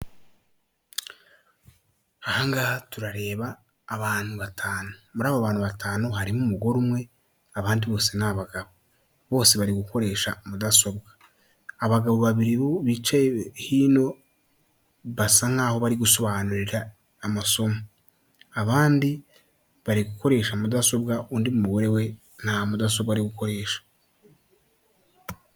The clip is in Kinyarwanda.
Ahangaha turareba abantu batanu muri abo bantu batanu harimo umugore umwe abandi bose ni abagabo bose bari gukoresha mudasobwa abagabo babiri bicaye hino basa nk'aho bari gusobanurira amasomo abandi bari gukoresha mudasobwa undi mugore we nta mudasobwa ari yo gukoresha.